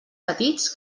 petits